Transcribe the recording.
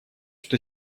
что